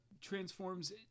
transforms